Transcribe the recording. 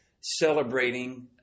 celebrating